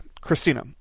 Christina